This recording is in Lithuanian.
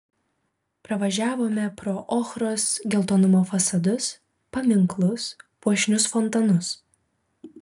pravažiavome pro ochros geltonumo fasadus paminklus puošnius fontanus